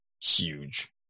huge